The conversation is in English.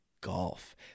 golf